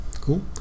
cool